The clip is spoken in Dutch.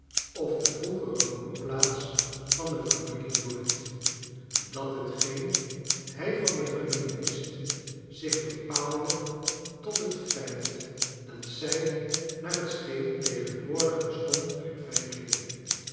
of de vroegere woonplaats van de familie dorrit dat hetgeen hij van de familie wist zich bepaalde tot het felt dat zij naar het scheen tegenwoordig bestond uit vijf leden